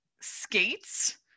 skates